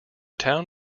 town